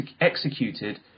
executed